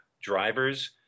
drivers